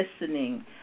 listening